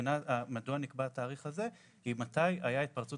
ומדוע נקבע התאריך הזה זה מתי שהייתה התפרצות